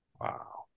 Wow